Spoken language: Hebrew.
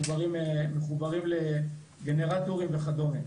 מחוברים לגנרטורים וכדומה,